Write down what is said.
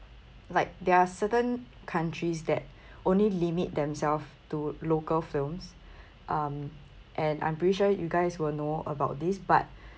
like there are certain countries that only limit themselves to local films um and I'm pretty sure you guys will know about this but